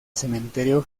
cementerio